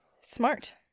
Smart